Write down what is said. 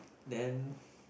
then